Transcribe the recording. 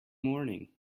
morning